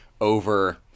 over